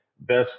Best